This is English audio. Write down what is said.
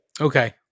Okay